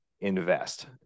invest